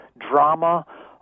drama